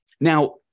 Now